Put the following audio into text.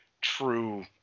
true